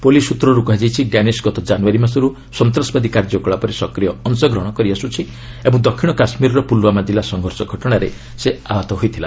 police ସୂତ୍ରରୁ କୁହାଯାଇଛି ଡ୍ୟାନିସ୍ ଗତ ଜାନୁଆରୀ ମାସରୁ ସନ୍ତାସବାଦୀ କାର୍ଯ୍ୟକଳାପରେ ସକ୍ରିୟ ଅଂଶଗ୍ରହଣ କରିଆସୁଛି ଓ ଦକ୍ଷିଣ କାଶ୍ମୀରର ପୁଲୱାମା କିଲ୍ଲା ସଂଘର୍ଷ ଘଟଣାରେ ସେ ଆହତ ହୋଇଥିଲା